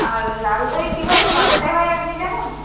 আর লাল দই কীভাবে বানাতে হয় আপনি জানেন